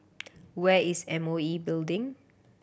where is M O E Building